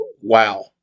wow